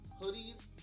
hoodies